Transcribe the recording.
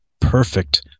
perfect